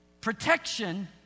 protection